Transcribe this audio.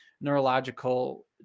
neurological